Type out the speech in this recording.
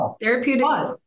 Therapeutic